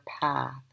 path